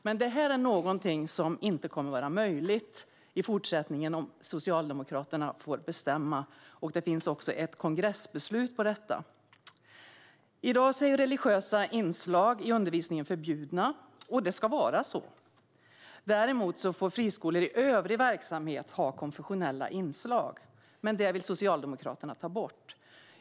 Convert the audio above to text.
Det här är dock någonting som inte kommer att vara möjligt i fortsättningen om Socialdemokraterna får bestämma. Det finns också ett kongressbeslut om detta. I dag är religiösa inslag i undervisningen förbjudna, och så ska det vara. Däremot får friskolor i övrig verksamhet ha konfessionella inslag. Detta vill dock Socialdemokraterna ta bort.